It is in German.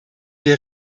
wir